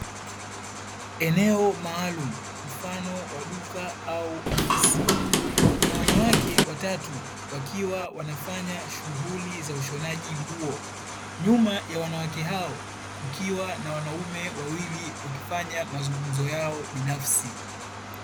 Eneo maalumu mfano wa duka au ofisi kuna wanawake watatu wakiwa wanafanya shughuli za ushonaji nguo, nyuma ya wanawake hao kukiwa na wanaume wawili wakifanya mazungumzo yao binafsi.